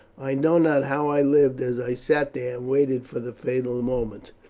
i know not how i lived as i sat there and waited for the fatal moment.